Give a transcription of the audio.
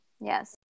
yes